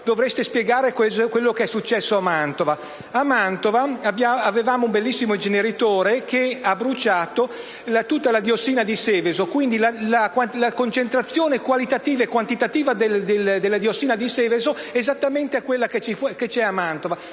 dovreste spiegare quello che è successo a Mantova. In questa città avevamo un bellissimo inceneritore che ha bruciato tutta la diossina di Seveso. La concentrazione qualitativa e quantitativa della diossina di Seveso è esattamente quella che c'è a Mantova,